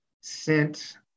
sent